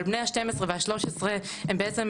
אבל בני השתים ה- 12 וה- 13 הם בעצם